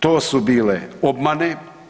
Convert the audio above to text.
To su bile obmane.